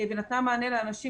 ונתנה מענה לאנשים,